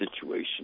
situation